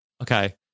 okay